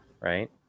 right